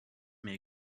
mir